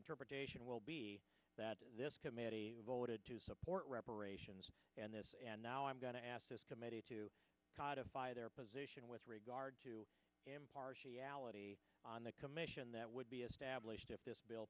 interpretation will be that this committee voted to support reparations and this and now i'm going to ask this committee to codify their position with regard to impartiality on the commission that would be established if this bill